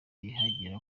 ihagera